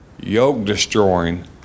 yoke-destroying